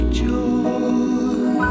joy